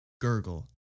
gurgle